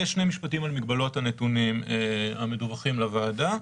ושני משפטים על מגבלות הנתונים המדווחים לוועדה.